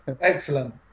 Excellent